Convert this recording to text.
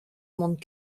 mont